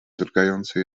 drgające